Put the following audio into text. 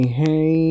hey